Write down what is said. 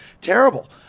Terrible